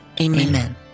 Amen